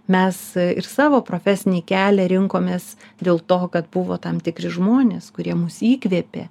mes ir savo profesinį kelią rinkomės dėl to kad buvo tam tikri žmonės kurie mus įkvėpė